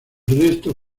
resto